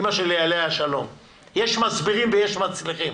יש מסבירים ויש מצליחים.